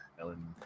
Ellen